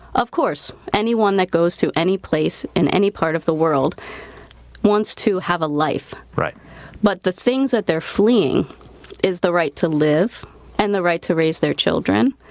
of course. anyone that goes to any place in any part of the world wants to have a life. but the things that they're fleeing is the right to live and the right to raise their children,